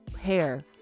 hair